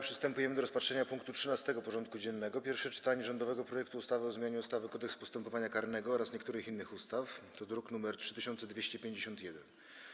Przystępujemy do rozpatrzenia punktu 13. porządku dziennego: Pierwsze czytanie rządowego projektu ustawy o zmianie ustawy Kodeks postępowania karnego oraz niektórych innych ustaw (druk nr 3251)